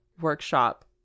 workshop